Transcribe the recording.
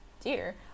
dear